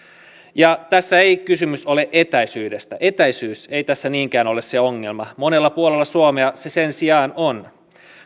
tässä ei ole kysymys etäisyydestä etäisyys ei tässä niinkään ole se ongelma monella puolella suomea se sen sijaan on